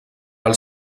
els